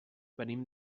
venim